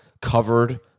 covered